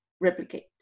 replicate